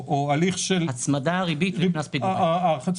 או הליך של הצמדה וריבית וקנס פיגורים.